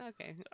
Okay